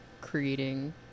creating